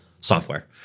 software